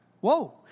Whoa